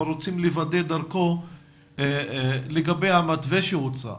אבל רוצים לוודא דרכו לגבי המתווה שהוצע,